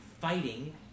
fighting